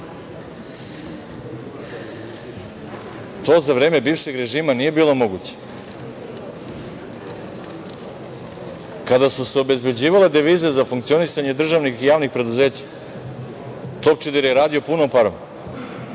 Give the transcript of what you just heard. za vreme bivšeg režima nije bilo moguće. Kada su se obezbeđivale devize za funkcionisanje državnih i javnih preduzeća „Topčider“ je radio punom parom.